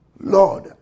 Lord